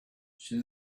she